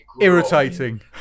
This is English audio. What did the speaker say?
irritating